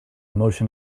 motion